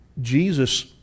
jesus